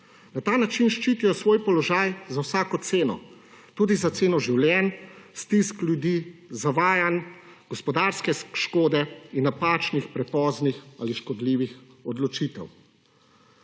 Na ta način ščitijo svoj položaj za vsako ceno. Tudi za ceno življenj, stisk ljudi, zavajanj, gospodarske škode in napačnih, prepoznih ali škodljivih odločitev.